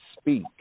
speak